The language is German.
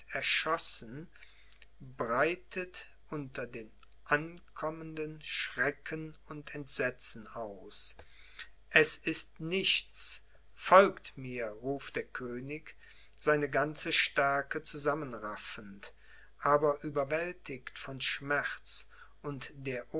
erschossen breitet unter den ankommenden schrecken und entsetzen aus es ist nichts folgt mir ruft der könig seine ganze stärke zusammenraffend aber überwältigt von schmerz und der